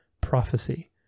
prophecy